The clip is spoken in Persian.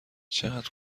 چقدر